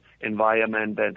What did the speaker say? environment